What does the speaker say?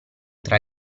tra